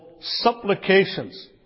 supplications